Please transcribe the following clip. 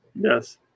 Yes